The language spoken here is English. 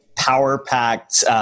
Power-packed